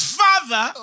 father